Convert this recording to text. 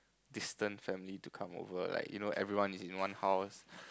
distant family to come over like you know everyone is in one house